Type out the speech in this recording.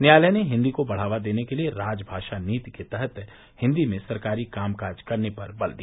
न्यायालय ने हिन्दी को बढ़ावा देने के लिये राजभाषा नीति के तहत हिन्दी में सरकारी कामकाज करने पर बल दिया